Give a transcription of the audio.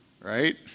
Right